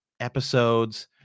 episodes